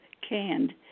canned